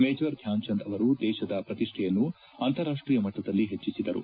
major Dhyan Chand ಅವರು ದೇಶದ ಪ್ರತಿಷ್ಠೆಯನ್ನು ಅಂತಾರಾಷ್ಟೀಯ ಮಟ್ಟದಲ್ಲಿ ಹೆಚ್ಚಿಸಿದರು